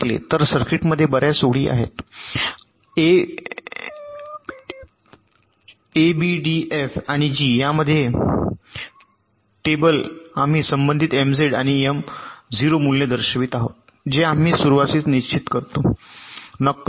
तर सर्किटमध्ये बर्याच ओळी आहेत अबेडेफ आणि जी या मध्ये टेबल आम्ही संबंधित एमझेड आणि मो मूल्य दर्शवित आहोत जे आम्ही सुरुवातीस निश्चित करतो नक्कल च्या